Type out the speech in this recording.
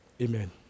Amen